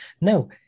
No